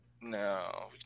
no